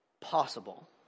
Possible